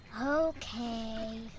Okay